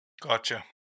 Gotcha